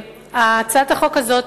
הצעת החוק הזאת